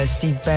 Steve